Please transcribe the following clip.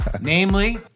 Namely